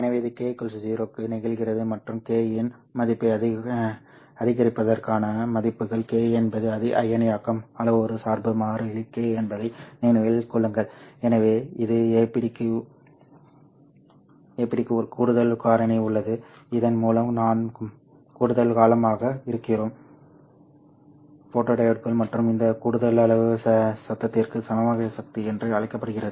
எனவே இது k 0 க்கு நிகழ்கிறது மற்றும் k இன் மதிப்பை அதிகரிப்பதற்கான மதிப்புகள் k என்பது அயனியாக்கம் அளவுரு சார்பு மாறிலி k என்பதை நினைவில் கொள்ளுங்கள் எனவே இது APD க்கு ஒரு கூடுதல் காரணி உள்ளது இதன் மூலம் நாம் கூடுதல் காலமாக இருக்கிறோம் ஃபோட்டோடியோட்கள் மற்றும் இந்த கூடுதல் அளவு சத்தத்திற்கு சமமான சக்தி என்று அழைக்கப்படுகிறது